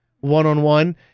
one-on-one